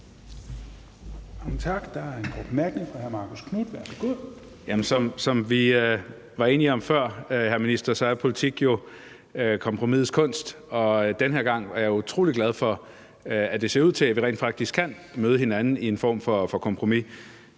Som vi var enige om før, hr. minister, så er politik jo kompromisets kunst, og den her gang er jeg utrolig glad for, at det ser ud til, at vi rent faktisk kan møde hinanden i en form for kompromis.